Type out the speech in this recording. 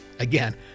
Again